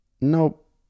nope